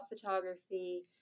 photography